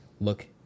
look